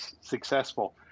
successful